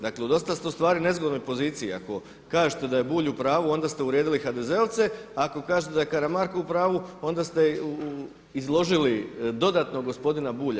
Dakle dosta ste u stvari u nezgodnoj poziciji ako kažete da je Bulj u pravu onda ste uvrijedili HDZ-ovce, ako kažete da je Karamarko u pravu onda ste izložili dodatno gospodina Bulja.